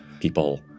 People